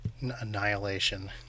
annihilation